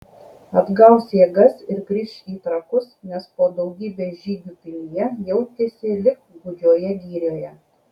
atgaus jėgas ir grįš į trakus nes po daugybės žygių pilyje jautėsi lyg gūdžioje girioje